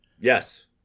Yes